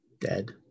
dead